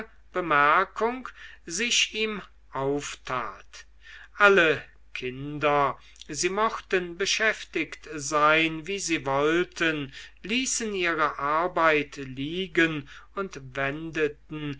bemerkung sich ihm auftat alle kinder sie mochten beschäftigt sein wie sie wollten ließen ihre arbeit liegen und wendeten